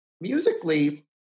musically